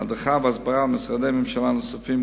הדרכה והסברה למשרדי ממשלה נוספים,